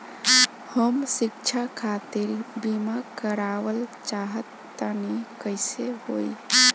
हम शिक्षा खातिर बीमा करावल चाहऽ तनि कइसे होई?